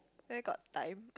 where got time